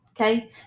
okay